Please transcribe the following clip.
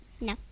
No